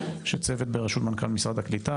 שצוות בראשות מנכ"ל משרד הקליטה,